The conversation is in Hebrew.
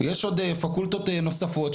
יש עוד פקולטות נוספות,